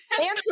Answer